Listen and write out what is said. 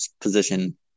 position